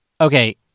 Okay